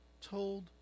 told